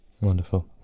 Wonderful